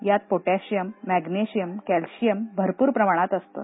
यात potassium magnesium calcium भरप्र प्रमाणात असतं